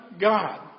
God